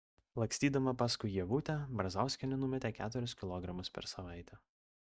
lakstydama paskui ievutę brazauskienė numetė keturis kilogramus per savaitę